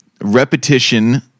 repetition